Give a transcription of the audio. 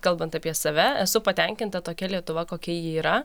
kalbant apie save esu patenkinta tokia lietuva kokia ji yra